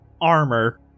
armor